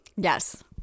Yes